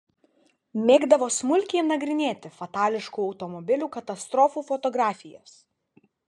mėgdavo smulkiai nagrinėti fatališkų automobilių katastrofų fotografijas